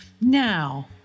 Now